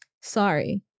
Sorry